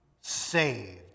saved